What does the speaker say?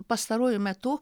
pastaruoju metu